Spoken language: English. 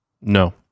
No